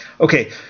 okay